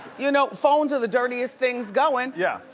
you know phones are the dirtiest things going. yeah,